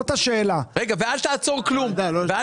אל תעצור כלום.